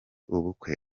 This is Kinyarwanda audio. ubukwe